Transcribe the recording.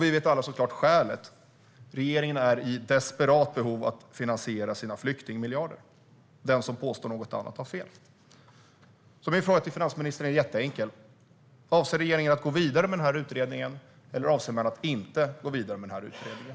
Vi vet alla såklart skälet, nämligen att regeringen är i desperat behov av att finansiera sina flyktingmiljarder. Den som påstår något annat har fel. Jag har en jätteenkel fråga till finansministern: Avser regeringen att gå vidare med utredningen, eller avser man inte att gå vidare med utredningen?